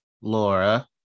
Laura